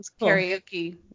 karaoke